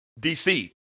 DC